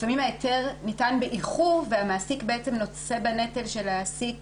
לפעמים ההיתר ניתן באיחור והמעסיק בעצם נושא בנטל והוא מעסיק